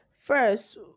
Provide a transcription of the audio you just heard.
first